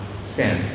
sin